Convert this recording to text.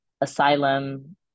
asylum